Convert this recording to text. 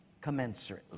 commensurately